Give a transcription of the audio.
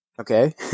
Okay